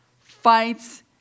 fights